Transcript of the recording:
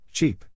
Cheap